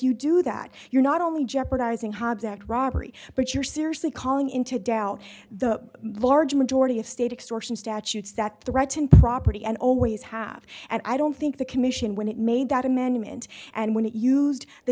you do that you're not only jeopardising hobbs at robbery but you're seriously calling into doubt the large majority of state extortion statutes that threaten property and always have and i don't think the commission when it made that amendment and when it used the